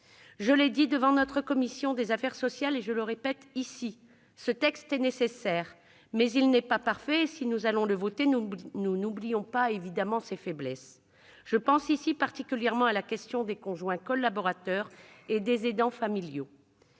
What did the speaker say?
Je l'ai dit devant notre commission des affaires sociales et je le répète ici : ce texte est nécessaire, mais il n'est pas parfait, et, si nous allons le voter, nous n'oublions pas ses faiblesses. Je pense particulièrement à la question des conjoints collaborateurs et des aidants familiaux,